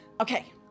Okay